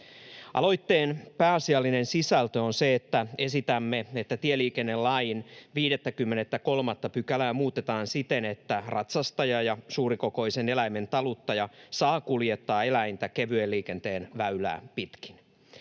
Aloitteen pääasiallinen sisältö on se, että esitämme, että tieliikennelain 53 §:ää muutetaan siten, että ratsastaja ja suurikokoisen eläimen taluttaja saa kuljettaa eläintä kevyen liikenteen väylää pitkin.